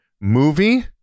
movie